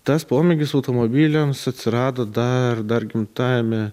tas pomėgis automobiliams atsirado dar dar gimtajame